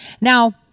Now